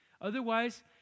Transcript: Otherwise